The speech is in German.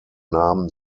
namen